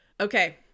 Okay